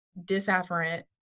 disafferent